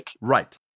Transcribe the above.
Right